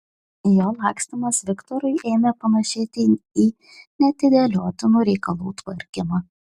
jo lakstymas viktorui ėmė panašėti į neatidėliotinų reikalų tvarkymą